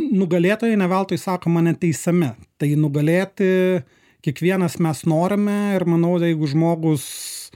nugalėtojai ne veltui sakoma neteisiami tai nugalėti kiekvienas mes norime ir manau jeigu žmogus